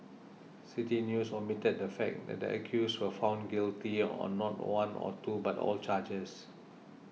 City News omitted the fact that the accused were found guilty on not one or two but all charges